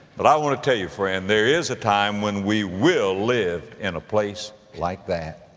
but i want to tell you, friend, there is a time when we will live in a place like that.